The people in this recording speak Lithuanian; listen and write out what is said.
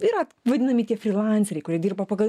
yra vadinami tie frylanceriai kurie dirba pagal